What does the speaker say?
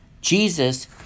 Jesus